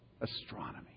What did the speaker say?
Astronomy